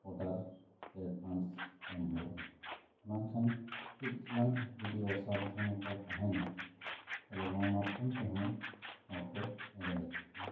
order ᱥᱮ advance ᱮᱢ ᱦᱩᱭᱩᱜᱼᱟ ᱵᱟᱝᱠᱷᱟᱱ ᱠᱟᱹᱡ ᱪᱟᱞᱟᱝ ᱚᱥᱟᱵᱫᱷᱟᱱᱚᱛᱟ ᱛᱟᱦᱮᱱᱟ ᱛᱟᱦᱚᱞᱮ ᱱᱚᱣᱟ ᱢᱟᱫᱽᱫᱷᱚᱢ ᱛᱮᱦᱚᱸ ᱦᱚᱲ ᱠᱚ ᱮᱲᱮ ᱦᱚᱪᱚᱜ ᱠᱟᱱᱟ